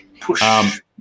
push